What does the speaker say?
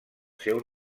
seu